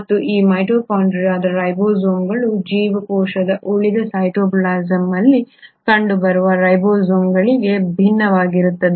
ಮತ್ತು ಈ ಮೈಟೊಕಾಂಡ್ರಿಯದ ರೈಬೋಸೋಮ್ಗಳು ಜೀವಕೋಶದ ಉಳಿದ ಸೈಟೋಪ್ಲಾಸಂ ಅಲ್ಲಿ ಕಂಡುಬರುವ ರೈಬೋಸೋಮ್ಗಳಿಗಿಂತ ಭಿನ್ನವಾಗಿರುತ್ತವೆ